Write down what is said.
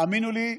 האמינו לי,